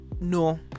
no